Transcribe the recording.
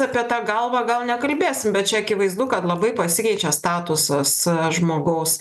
apie tą galvą gal nekalbėsim bet čia akivaizdu kad labai pasikeičia statusas žmogaus